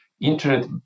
internet